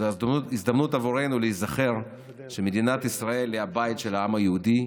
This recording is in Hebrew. זאת הזדמנות עבורנו להיזכר שמדינת ישראל היא הבית של העם היהודי.